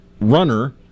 runner